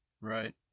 Right